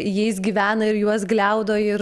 jais gyvena ir juos gliaudo ir